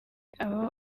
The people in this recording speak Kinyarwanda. abo